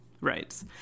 Right